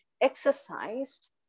exercised